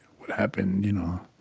what happened, you know, a